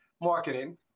marketing